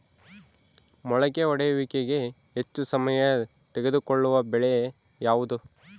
ಮೊಳಕೆ ಒಡೆಯುವಿಕೆಗೆ ಹೆಚ್ಚು ಸಮಯ ತೆಗೆದುಕೊಳ್ಳುವ ಬೆಳೆ ಯಾವುದು?